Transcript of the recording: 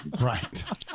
Right